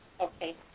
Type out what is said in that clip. okay